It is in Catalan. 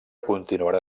continuarà